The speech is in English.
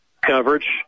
coverage